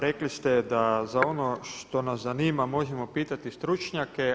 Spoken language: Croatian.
Rekli ste da za ono što nas zanima možemo pitati stručnjake.